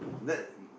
the